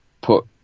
put